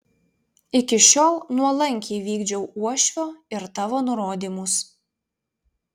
iki šiol nuolankiai vykdžiau uošvio ir tavo nurodymus